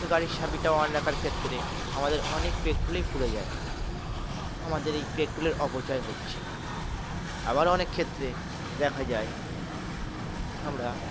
তো গাড়ির চাবিটা অন রাখার ক্ষেত্রে আমাদের অনেক পেট্রোলেই পুড়ে যায় আমাদের এই পেট্রোলের অপচয় হচ্ছে আবারও অনেক ক্ষেত্রে দেখা যায় আমরা